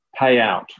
payout